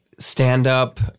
stand-up